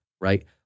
right